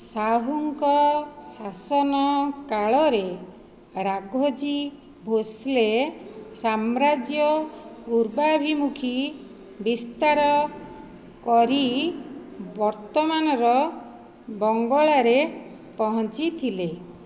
ଶାହୁଙ୍କ ଶାସନ କାଳରେ ରାଘୋଜୀ ଭୋସଲେ ସାମ୍ରାଜ୍ୟ ପୂର୍ବାଭିମୁଖୀ ବିସ୍ତାର କରି ବର୍ତ୍ତମାନର ବଙ୍ଗଳାରେ ପହଞ୍ଚିଥିଲେ